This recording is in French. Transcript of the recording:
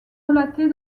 relatée